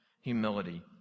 Humility